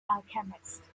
alchemist